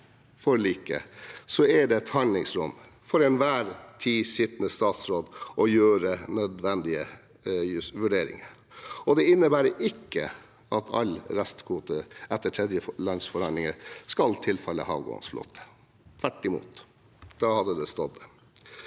forliket er det et handlingsrom for den til enhver tid sittende statsråd til å gjøre nødvendige vurderinger. Det innebærer ikke at all restkvote etter tredjelandsforhandlinger skal tilfalle den havgående flåten – tvert imot. Da hadde det stått.